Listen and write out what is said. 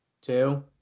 two